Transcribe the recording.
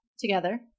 together